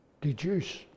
deduce